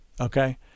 Okay